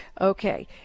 Okay